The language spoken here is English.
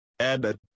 Edit